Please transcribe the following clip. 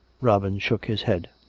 robin shook his head.